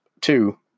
two